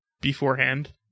beforehand